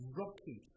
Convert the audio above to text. rocky